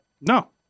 No